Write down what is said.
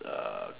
uh